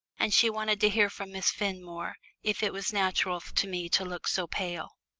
and she wanted to hear from miss fenmore if it was natural to me to look so pale.